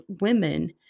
women